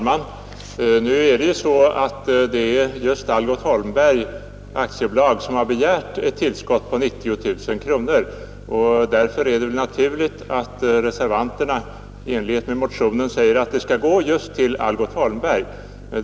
Fru talman! Nu är det just Algot Holmberg och Söner AB som har begärt ett tillskott på 90000 kronor. Därför är det naturligt att reservanterna anför att pengarna, i enlighet med motionen, skall gå till Algot Holmberg och Söner AB.